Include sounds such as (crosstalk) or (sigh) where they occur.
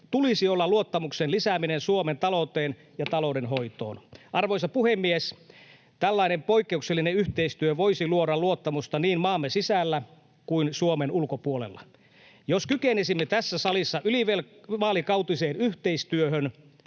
tulisi olla luottamuksen lisääminen Suomen talouteen ja talouden hoitoon. (noise) Arvoisa puhemies! Tällainen poikkeuksellinen yhteistyö voisi luoda luottamusta niin maamme sisällä kuin Suomen ulkopuolella. (noise) Jos kykenisimme tässä salissa ylivaalikautiseen yhteistyöhön,